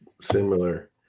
similar